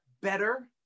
better